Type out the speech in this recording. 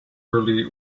early